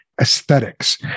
aesthetics